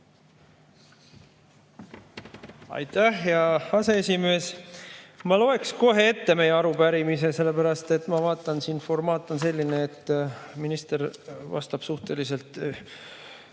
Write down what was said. Aitäh, hea aseesimees! Ma loen kohe ette meie arupärimise, sellepärast et ma vaatan, siin formaat on selline, et minister vastab suhteliselt